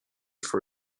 for